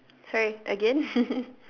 sorry again